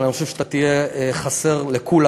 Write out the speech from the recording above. אבל אני חושב שאתה תחסר לכולנו.